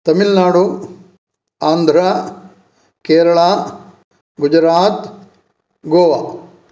Tamil Nadu Andhra Kerala Gujarat Goa